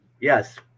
yes